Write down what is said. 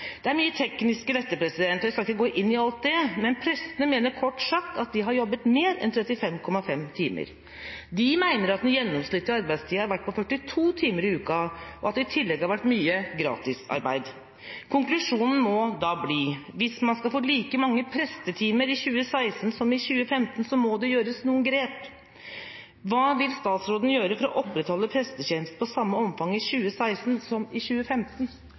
Det er mye teknisk i dette, og jeg skal ikke gå inn i alt det, men prestene mener – kort sagt – at de har jobbet mer enn 35,5 timer. De mener at den gjennomsnittlige arbeidstida har vært på 42 timer i uka, og at det i tillegg har vært mye gratisarbeid. Konklusjonen må da bli: Hvis man skal få like mange prestetimer i 2016 som i 2015, må det tas noen grep. Hva vil statsråden gjøre for å opprettholde prestetjenesten i samme omfang i 2016 som i 2015?